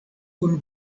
kun